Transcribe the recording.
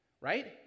right